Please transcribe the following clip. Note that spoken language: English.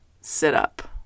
sit-up